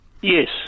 Yes